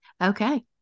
Okay